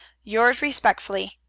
yours respectfully,